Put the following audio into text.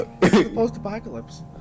Post-apocalypse